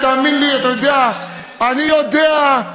ותאמין לי, אתה יודע, אני יודע,